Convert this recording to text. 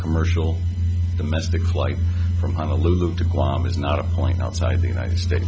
commercial domestic flight from honolulu to guam is not appoint an outside the united states